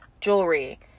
jewelry